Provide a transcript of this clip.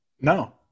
No